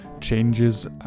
changes